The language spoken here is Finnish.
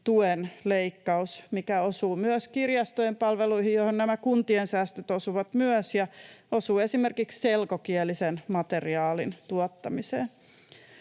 tuen leikkaus, mikä osuu myös kirjastojen palveluihin, joihin nämä kuntien säästöt osuvat myös, ja osuu esimerkiksi selkokielisen materiaalin tuottamiseen.